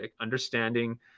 understanding